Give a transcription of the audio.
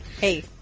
Hey